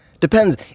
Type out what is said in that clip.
Depends